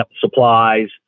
supplies